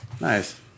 Nice